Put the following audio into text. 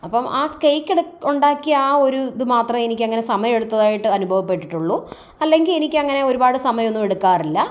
അപ്പം ആ കേക്ക് എട് ഉണ്ടാക്കിയ ആ ഒരു ഇത് മാത്രമേ എനിക്കങ്ങനെ സമയം എടുത്തതായിട്ട് അനുഭവപ്പെട്ടിട്ടുള്ളൂ അല്ലെങ്കിൽ എനിക്കങ്ങനെ ഒരുപാട് സമയമൊന്നും എടുക്കാറില്ല